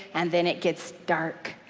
and then it gets dark,